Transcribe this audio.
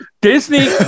Disney